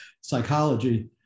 psychology